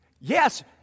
Yes